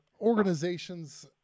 organizations